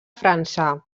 frança